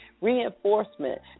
reinforcement